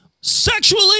sexually